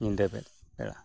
ᱧᱤᱫᱟᱹ ᱵᱮᱲᱟ